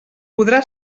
podrà